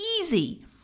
easy